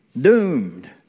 doomed